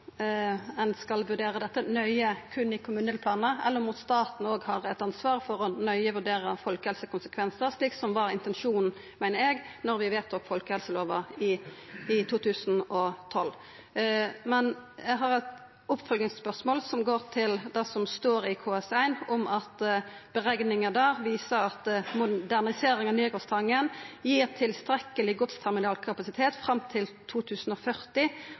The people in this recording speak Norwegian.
ein skal vurdera dette nøye berre i kommunedelplanar, eller om staten òg har eit ansvar for nøye å vurdera folkehelsekonsekvensar, noko som var intensjonen, meiner eg, da vi vedtok folkehelselova i 2012. Eg har eit oppfølgingsspørsmål som går på det som står i KS1 om at berekningar viser at ei modernisering av Nygårdstangen gir tilstrekkeleg godsterminalkapasitet fram til 2040.